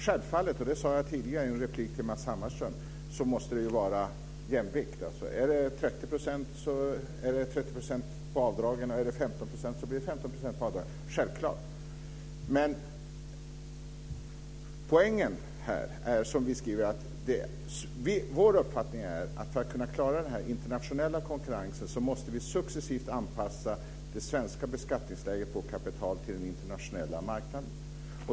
Självfallet - och det sade jag tidigare i en replik till Matz Hammarström - måste det råda jämvikt. Är det Vår uppfattning är att för att man ska klara den internationella konkurrensen måste man successivt anpassa det svenska beskattningsläget på kapital till den internationella marknaden.